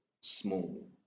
small